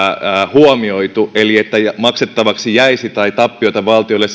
huomioitu eli se että maksettavaksi tai tappiota valtiolle